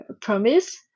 promise